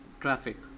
traffic